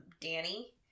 Danny